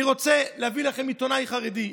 אני רוצה להביא לכם עיתונאי חרדי,